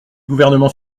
gouvernement